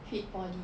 fit body